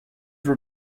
were